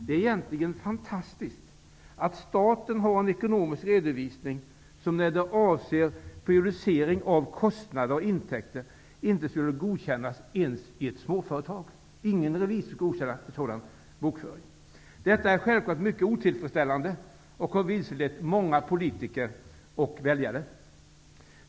Det är egentligen fantastiskt att staten har en ekonomisk redovisning som när det avser periodisering av kostnader och intäkter inte skulle godkännas ens i ett småföretag. Ingen revisor skulle godkänna en sådan bokföring. Detta är självfallet mycket otillfredsställande, och det har vilselett många politiker och väljare.